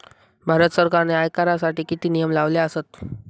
भारत सरकारने आयकरासाठी किती नियम लावले आसत?